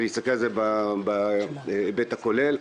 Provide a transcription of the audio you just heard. להסתכל על זה בהיבט הכולל.